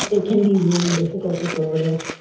it can be really difficult to sort of.